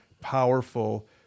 powerful